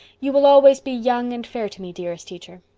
you will always be young and fair to me, dearest teacher.